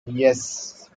yes